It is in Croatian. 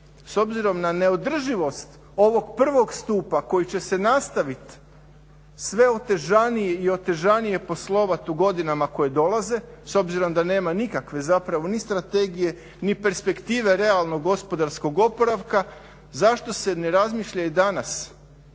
s obzirom na neodrživost ovog prvog stupa koji će se nastaviti sve otežanije i otežanije poslovati u godinama koje dolaze s obzirom da nema nikakve zapravo ni strategije ni perspektive realnog gospodarskog oporavka, zašto se ne razmišlja i danas